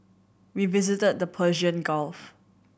we visited the Persian Gulf